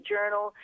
Journal